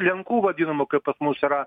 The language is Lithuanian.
lenkų vadinamų kaip pas mus yra